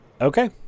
Okay